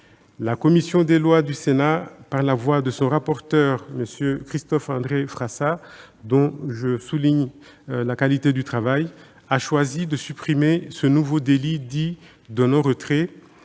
La commission des lois du Sénat, par la voix de son rapporteur, M. Christophe-André Frassa, dont je salue la qualité du travail, a choisi de supprimer ce nouveau délit dit de « non-retrait